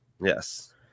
Yes